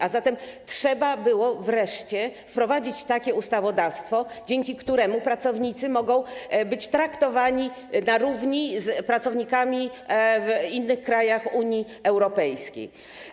A zatem trzeba było wreszcie wprowadzić takie ustawodawstwo, dzięki któremu pracownicy mogą być traktowani na równi z pracownikami w innych krajach Unii Europejskiej.